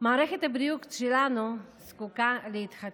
מערכת הבריאות שלנו זקוקה להתחדשות,